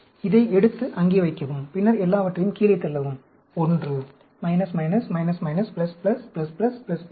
இதை எடுத்து அங்கே வைக்கவும் பின்னர் எல்லாவற்றையும் கீழே தள்ளவும் 1